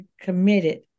committed